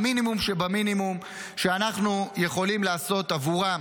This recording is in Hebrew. המינימום שבמינימום שאנחנו יכולים לעשות עבורם: